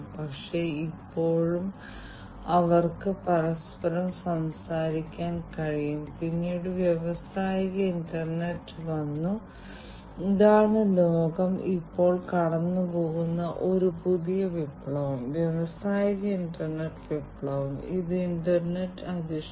ഈ രണ്ട് സെൻസറുകളും ഇത് എടുത്തിട്ടുണ്ട് രോഗികളുടെ അവസ്ഥ നിരീക്ഷിക്കാൻ നിങ്ങൾക്ക് മറ്റ് ഫിസിയോളജിക്കൽ മോണിറ്ററിംഗ് സെൻസറുകൾ ഉപയോഗിക്കാം അതിന്റെ ഗുണങ്ങൾ ഞാൻ നിങ്ങളോട് പറഞ്ഞതുപോലെ തത്സമയം തത്സമയം തുടർച്ചയായി രോഗികളുടെ അവസ്ഥ നിരീക്ഷിക്കാനും മുന്നറിയിപ്പ് നൽകാനും കഴിയും